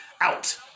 out